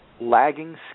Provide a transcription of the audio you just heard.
lagging